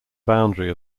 boundary